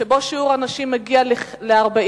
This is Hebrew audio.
שבו שיעור הנשים מגיע ל-40%.